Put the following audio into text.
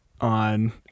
on